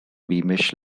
beamish